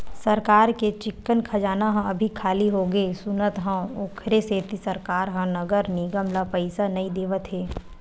सरकार के चिक्कन खजाना ह अभी खाली होगे सुनत हँव, ओखरे सेती सरकार ह नगर निगम ल पइसा नइ देवत हे